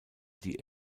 die